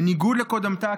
בניגוד לקודמתה,